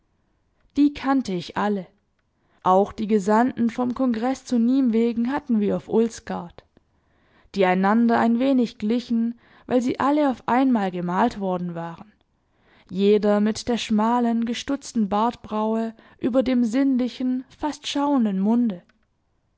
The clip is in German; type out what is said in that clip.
die kannte ich alle auch die gesandten vom kongreß zu nimwegen hatten wir auf ulsgaard die einander ein wenig glichen weil sie alle auf einmal gemalt worden waren jeder mit der schmalen gestutzten bartbraue über dem sinnlichen fast schauenden munde